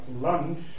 lunch